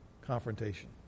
confrontation